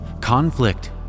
conflict